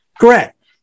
Correct